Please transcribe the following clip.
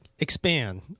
expand